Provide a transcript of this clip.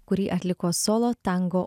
kurį atliko solo tango